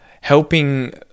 helping